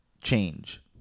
change